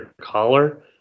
collar